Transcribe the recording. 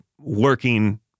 working